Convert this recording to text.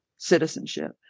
citizenship